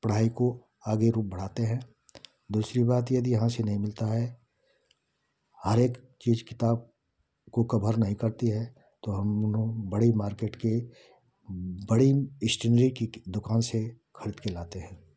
पढ़ाई को आगे रूप बढ़ाते हैं दूसरी बात यदि यहाँ से नहीं मिलता है हर एक चीज़ किताब को कवर नहीं करती है तो हम बड़ी मार्केट के बड़ी इष्टिनरी की दुकान से ख़रीद के लाते हैं